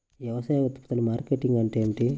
వ్యవసాయ ఉత్పత్తుల మార్కెటింగ్ అంటే ఏమిటి?